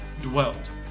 dwelt